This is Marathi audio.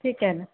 ठीक आहे ना